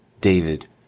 David